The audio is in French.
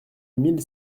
mille